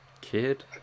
kid